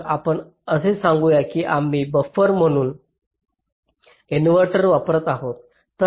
तर आपण असे सांगू की आम्ही बफर म्हणून इनव्हर्टर वापरत आहोत